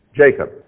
Jacob